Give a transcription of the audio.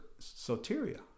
Soteria